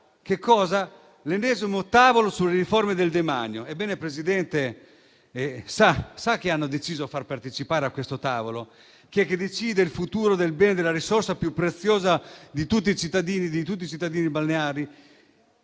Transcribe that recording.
l'ennesimo tavolo sulla riforma del demanio. Signor Presidente, sa chi hanno deciso di far partecipare a questo tavolo e dunque chi decide il futuro del bene e della risorsa più preziosa per tutti i cittadini e i